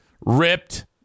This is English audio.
ripped